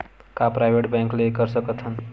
का private bank ले कर सकत हन?